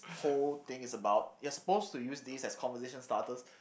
whole thing is about you are supposed to use this as conversation starters